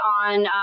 on